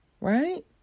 right